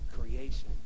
creation